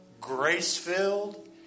grace-filled